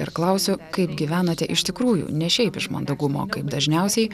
ir klausiu kaip gyvenate iš tikrųjų ne šiaip iš mandagumo kaip dažniausiai